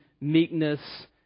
meekness